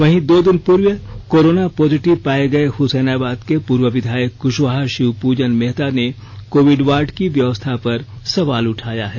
वहीं दो दिन पूर्व कोरोना पॉजिटिव पाए गए हसैनाबाद के पूर्व विधायक कृशवाहा शिवपूजन मेहता ने कोविड वार्ड की व्यवस्था पर सवाल उठाया है